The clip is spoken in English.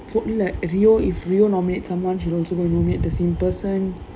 follow lah rio if rio nominate someone she'll also go and nominate the same person